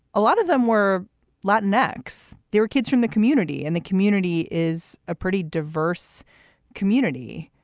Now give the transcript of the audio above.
a lot of them were latin x. they were kids from the community, and the community is a pretty diverse community.